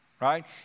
right